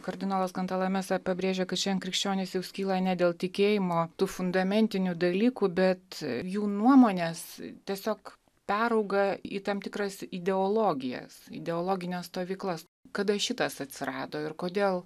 kardinolas kantalamesa pabrėžė kad šiandien krikščionys jau skyla ne dėl tikėjimo tų fundamentinių dalykų bet jų nuomonės tiesiog perauga į tam tikras ideologijas ideologines stovyklas kada šitas atsirado ir kodėl